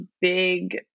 big